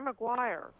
McGuire